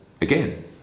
again